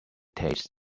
taste